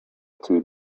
two